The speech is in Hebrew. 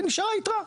ונשארה יתרה.